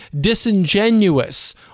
disingenuous